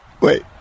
Wait